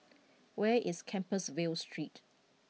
where is Compassvale Street